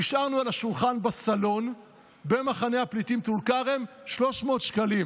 והשארנו על השולחן בסלון במחנה הפליטים טול כרם 300 שקלים.